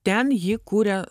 ten ji kuria